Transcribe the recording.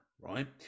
right